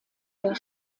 der